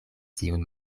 tiun